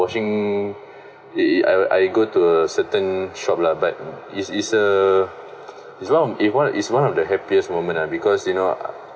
washing it it I I go to a certain shop lah but is is a is one is one is one of the happiest moment lah because you know